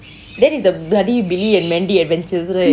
that is the bloody billie and mandy adventures right